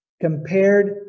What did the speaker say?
compared